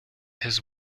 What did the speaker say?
his